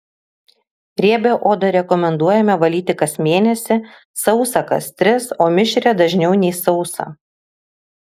riebią odą rekomenduojame valyti kas mėnesį sausą kas tris o mišrią dažniau nei sausą